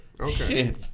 Okay